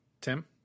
Tim